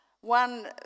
One